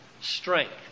strength